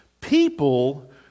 people